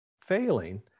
failing